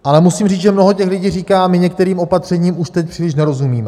Ale musím říct, že mnoho těch lidí říká, my některým opatřením už teď příliš nerozumíme.